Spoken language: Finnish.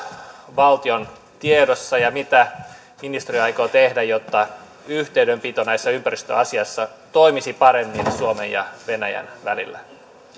valtion tiedossa ja mitä ministeriö aikoo tehdä jotta yhteydenpito näissä ympäristöasioissa toimisi paremmin suomen ja venäjän välillä